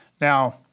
Now